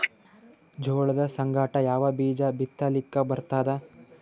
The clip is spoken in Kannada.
ಜೋಳದ ಸಂಗಾಟ ಯಾವ ಬೀಜಾ ಬಿತಲಿಕ್ಕ ಬರ್ತಾದ?